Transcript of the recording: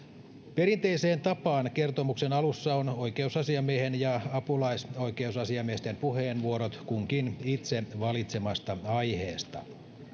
perinteiseen tapaan kertomuksen alussa on oikeusasiamiehen ja apulaisoikeusasiamiesten puheenvuorot kunkin itse valitsemasta aiheesta